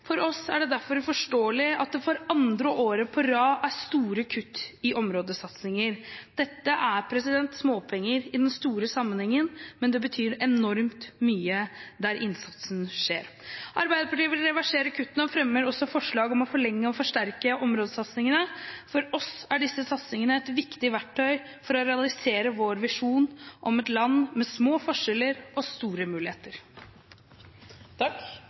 For oss er det derfor uforståelig at det for andre året på rad er store kutt i områdesatsingen. Dette er småpenger i den store sammenhengen, men det betyr enormt mye der innsatsen skjer. Arbeiderpartiet vil reversere kuttene og fremmer også forslag om å forlenge og forsterke områdesatsingene. For oss er disse satsingene et viktig verktøy for å realisere vår visjon om et land med små forskjeller og store muligheter.